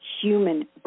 Human